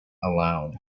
allowed